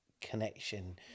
connection